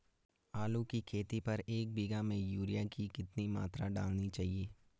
आलू की खेती पर एक बीघा में यूरिया की कितनी मात्रा डालनी चाहिए?